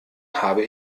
habe